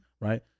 Right